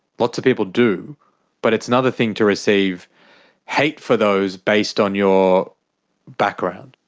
lots of people do but it's another thing to receive hate for those based on your background.